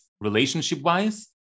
relationship-wise